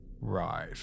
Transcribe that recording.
Right